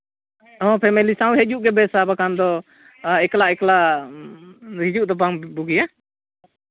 ᱦᱮᱸ ᱯᱷᱮᱢᱮᱞᱤ ᱥᱟᱶ ᱦᱤᱡᱩᱜ ᱜᱮ ᱵᱮᱹᱥᱟ ᱵᱟᱠᱷᱟᱱ ᱫᱚ ᱮᱠᱞᱟ ᱮᱠᱞᱟ ᱦᱤᱡᱩᱜ ᱫᱚ ᱵᱟᱝ ᱵᱩᱜᱤᱭᱟ